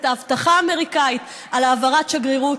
את ההבטחה האמריקנית להעברת השגרירות.